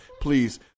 please